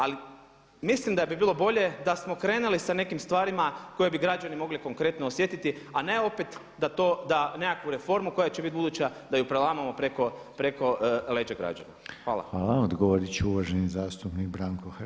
Ali mislim da bi bilo bolje da smo krenuli sa nekim stvarima koje bi građani mogli konkretno osjetiti, a ne opet da to, da nekakvu reformu koja će bit buduća da ju prelamamo preko leđa građana.